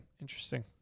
Interesting